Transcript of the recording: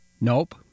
Nope